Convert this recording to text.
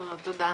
לא תודה,